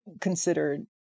considered